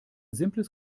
simples